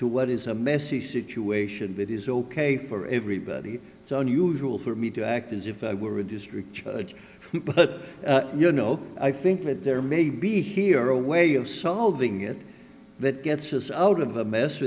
to what is a messy situation that is ok for everybody it's unusual for me to act as if i were a district judge but you know i think that there may be hero way of solving it that gets us out of the mess